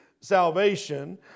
salvation